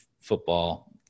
football